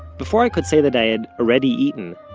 before i could say that i had already eaten,